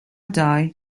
die